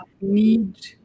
need